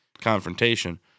confrontation